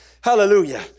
Hallelujah